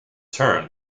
turn